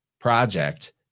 project